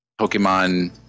Pokemon